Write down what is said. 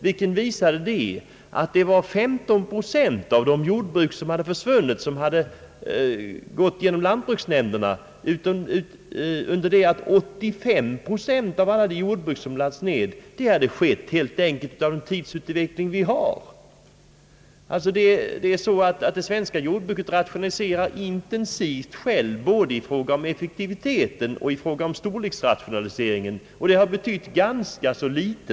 Undersökningen visade att 15 procent av de jordbruk som lagts ned hade gått genom lantbruksnämnderna, under det att 85 procent hade lagts ned på grund av tidsutvecklingen. Det svenska jordbruket rationaliserar alltså självt intensivt i fråga både om effektivitet och storleksrationalisering.